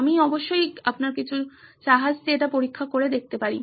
আমি অবশ্যই আপনার কিছু জাহাজ দিয়ে এটি পরীক্ষা করতে পারি